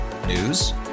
News